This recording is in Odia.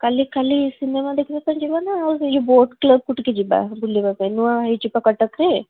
କାଲି ଖାଲି ସିନେମା ଦେଖିବା ପାଇଁ ଯିବା ନା ଆଉ କିଛି ବୋଟ୍ କ୍ଲବକୁ ଟିକେ ଯିବା ବୁଲିବା ପାଇଁ ନୂଆ ହେଇଛି ପା କଟକରେ